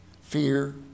Fear